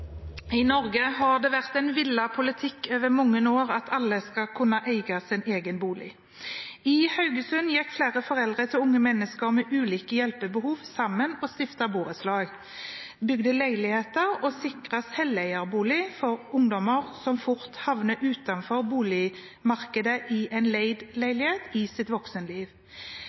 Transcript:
Norge har det vært en villet politikk over mange år at alle skal kunne eie sin egen bolig. I Haugesund gikk flere foreldre til unge mennesker med ulike hjelpebehov sammen og stiftet borettslag, bygget leiligheter og sikret selveierbolig for ungdommer som fort havner utenfor boligmarkedet i en leid leilighet i sitt voksenliv.